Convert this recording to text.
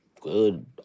good